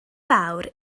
fawr